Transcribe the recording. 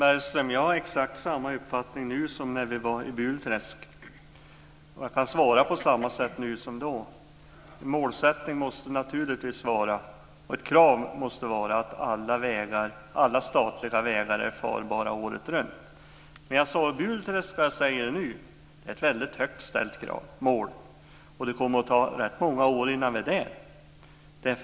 Fru talman! Jag har exakt samma uppfattning nu som när vi var i Burträsk. Jag kan svara på samma sätt nu som då, nämligen att målsättningen och kravet naturligtvis måste vara att alla statliga vägar är farbara året runt. Jag sade i Burträsk, och jag säger det nu, att det är ett väldigt högt ställt mål, och det kommer att ta rätt många år innan vi är där.